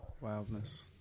Wildness